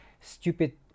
stupid